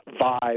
vibe